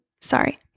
sorry